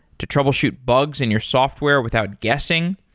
to troubleshoot bugs in your software without guessing.